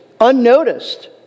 Unnoticed